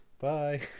Bye